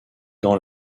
dans